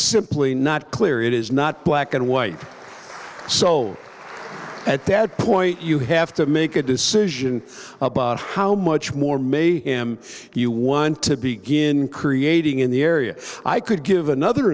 simply not clear it is not black and white so at that point you have to make a decision about how much more may him you want to begin creating in the area i could give another